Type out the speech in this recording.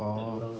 orh